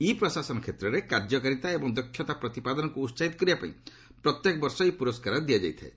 ଇ ପ୍ରଶାସନ କ୍ଷେତ୍ରରେ କାର୍ଯ୍ୟକାରିତା ଏବଂ ଦକ୍ଷତା ପ୍ରତିପାଦନକ୍ର ଉତ୍ସାହିତ କରିବା ପାଇଁ ପ୍ରତ୍ୟେକ ବର୍ଷ ଏହି ପୁରସ୍କାର ଦିଆଯାଇଥାଏ